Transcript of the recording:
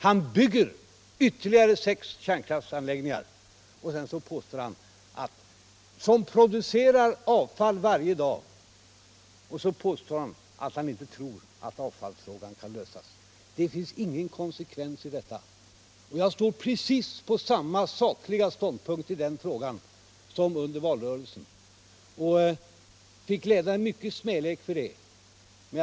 Han bygger ytterligare sex kärnkraftsanläggningar som producerar avfall varje dag — och så påstår han att han inte tror att avfallsfrågan kan lösas! Det finns ingen konsekvens i detta. Jag intar precis samma sakliga ståndpunkt i den här frågan som under valrörelsen, då jag fick lida mycken smälek för min inställning.